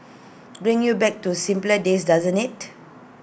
brings you back to simpler days doesn't IT